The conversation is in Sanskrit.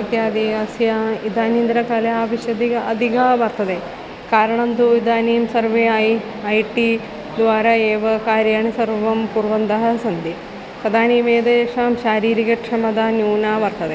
इत्यादि अस्य इदानीन्तनकाले आवश्यकता अधिका वर्तते कारणं तु इदानीं सर्वे ऐ ऐ टि द्वारा एव कार्याणि सर्वं कुर्वन्तः सन्ति तदानीम् एतेषां शारीरिकक्षमता न्यूना वर्तते